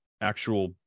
actual